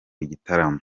igitaramo